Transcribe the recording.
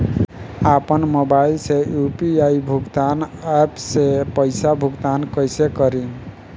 आपन मोबाइल से यू.पी.आई भुगतान ऐपसे पईसा भुगतान कइसे करि?